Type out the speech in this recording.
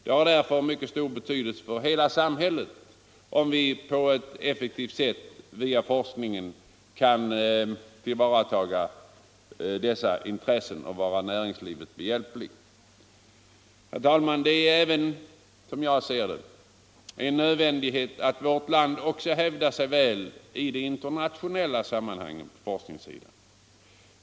Det är därför av mycket stor betydelse för hela samhället, om vi på ett effektivt sätt via forskningen kan vara näringslivet till hjälp. Herr talman! Det är även, som jag ser det, en nödvändighet att vårt land också hävdar sig väl i de internationella sammanhangen på forskningssidan.